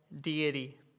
deity